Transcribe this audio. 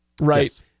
right